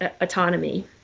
autonomy